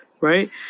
Right